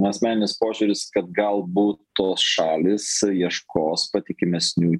asmeninis požiūris kad galbūt tos šalys ieškos patikimesnių